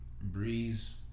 Breeze